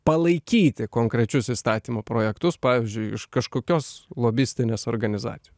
palaikyti konkrečius įstatymų projektus pavyzdžiui iš kažkokios lobistinės organizacijos